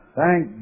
thank